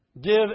give